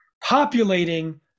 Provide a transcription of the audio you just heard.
populating